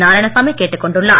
நாராயணசாமி கேட்டுக்கொண்டுள்ளார்